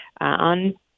on